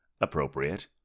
appropriate